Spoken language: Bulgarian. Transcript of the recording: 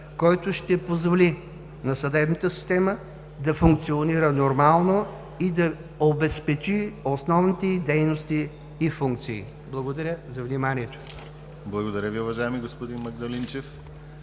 който ще позволи на съдебната система да функционира нормално и да обезпечи основните ѝ дейности и функции. Благодаря за вниманието. ПРЕДСЕДАТЕЛ ДИМИТЪР ГЛАВЧЕВ: Благодаря Ви, уважаеми господин Магдалинчев.